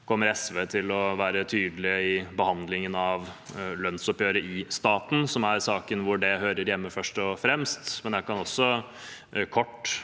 kommer SV til å være tydelig i behandlingen av lønnsoppgjøret i staten, som er saken hvor dette hører hjemme, først og fremst. Jeg kan også kort